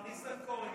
השר ניסנקורן,